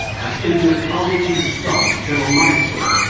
as india's army chief of staff, general manekshaw,